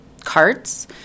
carts